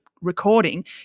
recording